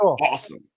awesome